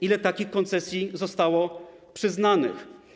Ile takich koncesji zostało przyznanych?